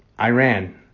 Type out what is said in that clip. Iran